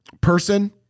person